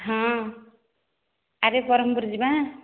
ହଁ ଆରେ ବରହମପୁର ଯିବା